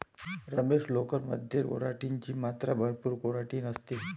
रमेश, लोकर मध्ये केराटिन ची मात्रा भरपूर केराटिन असते